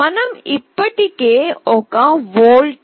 మనం ఇప్పటికే ఒక వోల్టేజ్ 0